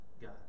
God